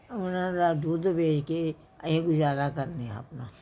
ਉਹਨਾਂ ਦਾ ਦੁੱਧ ਵੇਚ ਕੇ ਅਸੀਂ ਗੁਜ਼ਾਰਾ ਕਰਦੇ ਹਾਂ ਆਪਣਾ